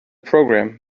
program